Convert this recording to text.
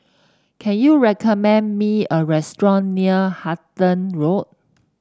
can you recommend me a restaurant near Halton Road